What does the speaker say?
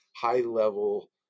high-level